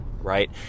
right